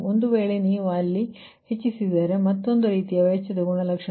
ಒಂದು ವೇಳೆ ಅಲ್ಲಿ ನೀವು ಹೆಚ್ಚಿಸಿದರೆ ಇದು ಮತ್ತೊಂದು ರೀತಿಯ ವೆಚ್ಚದ ಗುಣಲಕ್ಷಣ